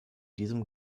diesem